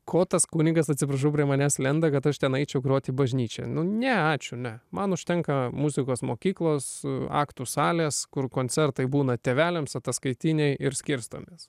kotas kunigas atsiprašau prie manęs lenda kad aš ten eičiau groti bažnyčioje nu ne ačiū ne man užtenka muzikos mokyklos aktų salės kur koncertai būna tėveliams ataskaitiniai ir skirstomės